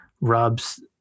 robs